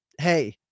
Hey